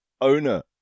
owner